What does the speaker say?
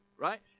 Right